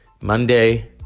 Monday